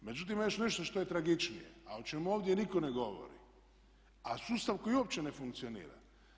Međutim, ima još nešto što je tragičnije a o čemu ovdje nitko ne govori a sustav koji uopće ne funkcionira.